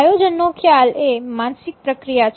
આયોજનનો ખ્યાલ એ માનસિક પ્રક્રિયા છે